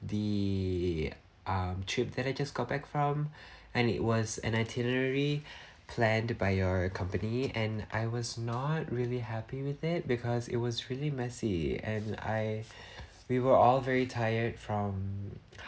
the um trip that I just got back from and it was an itinerary planned by your company and I was not really happy with it because it was really messy and I we were all very tired from